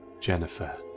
Jennifer